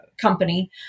Company